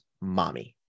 Mommy